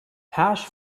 hash